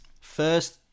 first